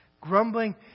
grumbling